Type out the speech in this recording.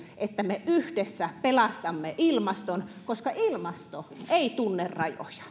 että me yhdessä pelastamme ilmaston koska ilmasto ei tunne rajoja